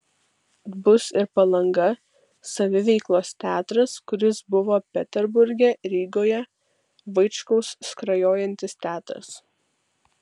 bus ir palanga saviveiklos teatras kuris buvo peterburge rygoje vaičkaus skrajojantis teatras